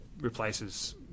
replaces